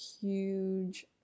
huge